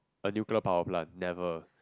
a nuclear power plant never